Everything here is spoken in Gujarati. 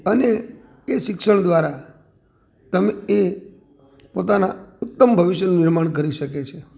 અને એ શિક્ષણ દ્વારા તમે એ પોતાના ઉત્તમ ભવિષ્યનું નિર્માણ કરી શકે છે